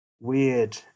weird